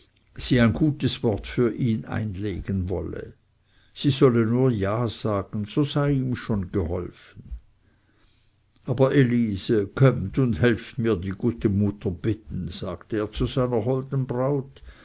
sie ein gutes wort für ihn einlegen wolle sie solle nur ja sagen so sei ihm schon geholfen aber elise kommt und helft mir die gute mutter bitten sagte er zu seiner holden braut